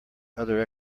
other